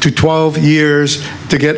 to twelve years to get